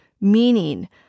meaning